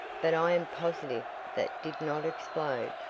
but i am positive that did not explode.